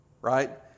right